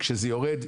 כשזה יורד,